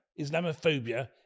Islamophobia